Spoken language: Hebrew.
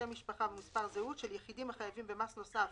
שם משפחה ומספר זהות של יחידים החייבים במס נוסף